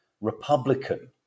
Republican